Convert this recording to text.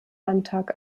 landtag